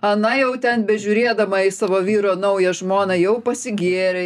ana jau ten bežiūrėdama į savo vyro naują žmoną jau pasigėrė